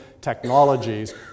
technologies